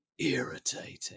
irritating